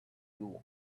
you